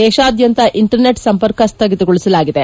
ದೇಶಾದ್ಯಂತ ಇಂಟರ್ನೆಟ್ ಸಂಪರ್ಕ ಸ್ಟಗಿತಗೊಳಿಸಿದೆ